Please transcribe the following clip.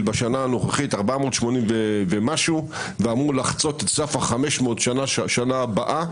בשנה הנוכחית ואמור לחצות את סף ה-500 בשנה הבאה.